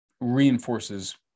reinforces